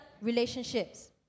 relationships